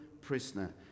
prisoner